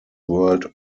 world